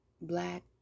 Black